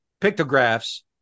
pictographs